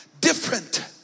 different